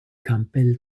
campbell